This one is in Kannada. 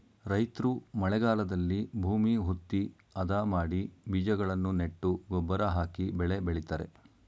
ರೈತ್ರು ಮಳೆಗಾಲದಲ್ಲಿ ಭೂಮಿ ಹುತ್ತಿ, ಅದ ಮಾಡಿ ಬೀಜಗಳನ್ನು ನೆಟ್ಟು ಗೊಬ್ಬರ ಹಾಕಿ ಬೆಳೆ ಬೆಳಿತರೆ